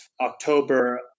October